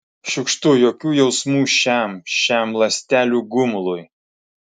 šiukštu jokių jausmų šiam šiam ląstelių gumului